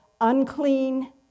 unclean